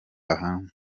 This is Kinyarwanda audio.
ahanwe